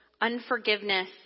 unforgiveness